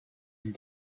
and